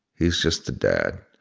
he's just a dad.